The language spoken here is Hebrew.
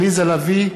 עליזה לביא,